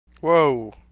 Whoa